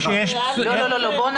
סליחה, בואו